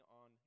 on